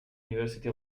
university